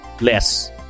less